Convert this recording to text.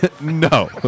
No